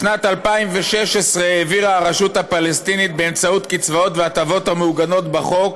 בשנת 2016 העבירה הרשות הפלסטינית באמצעות קצבאות והטבות המעוגנות בחוק